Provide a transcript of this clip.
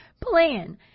plan